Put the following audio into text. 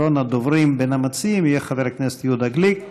אחרון הדוברים בין המציעים יהיה חבר הכנסת יהודה גליק.